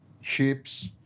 ships